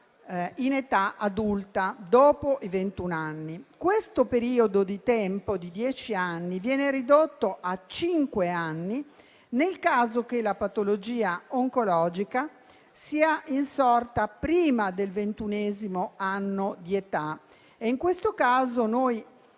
in età adulta, cioè dopo i ventun anni. Questo periodo di tempo di dieci anni viene ridotto a cinque anni nel caso in cui la patologia oncologica sia insorta prima del ventunesimo anno di età. In questo caso in